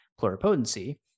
pluripotency